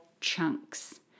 chunks